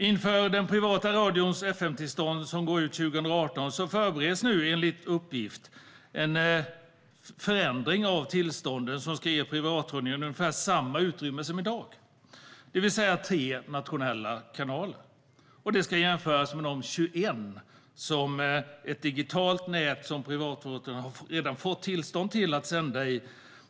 Inför att den privata radions fm-tillstånd går ut 2018 förbereds nu enligt uppgift en förändring av tillstånden som ska ge privatradion ungefär samma utrymme som i dag, det vill säga tre nationella kanaler. Det ska jämföras med de 21 i ett digitalt nät som privatradion redan har fått tillstånd att sända i.